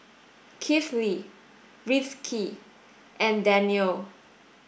Kifli Rizqi and Danial